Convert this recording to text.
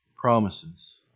promises